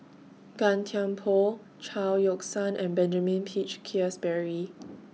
Gan Thiam Poh Chao Yoke San and Benjamin Peach Keasberry